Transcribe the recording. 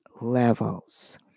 levels